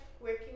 working